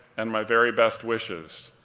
and my very best wishes.